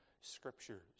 Scriptures